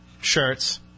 shirts